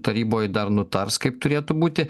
taryboj dar nutars kaip turėtų būti